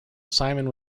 simon